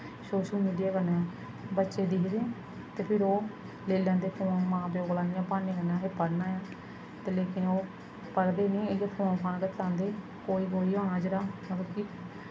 social media कन्नै बच्चे दिखदे ते फिर ओह् लेई लैंदे फोन मां प्यो कोला इ'यां ब्हान्ने कन्नै असें पढ़ना ऐ ते लेकिन ओह् पढ़दे निं एह् फोन फान गै चलांदे कोई कोई होना जेह्ड़ा मतलब कि